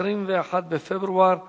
21 בפברואר 2012,